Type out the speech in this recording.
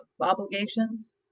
obligations